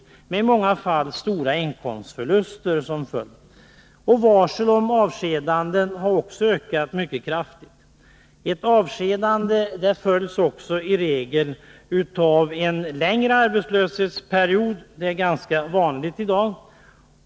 Detta hade i många fall inkomstförluster som följd. Varsel om avskedanden har också ökat mycket kraftigt. Ett avskedande följs i allmänhet av en längre arbetslöshetsperiod. Det är ganska vanligt i dag.